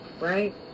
right